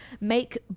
make